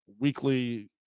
weekly